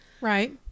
Right